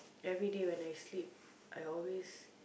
everyday when I sleep I always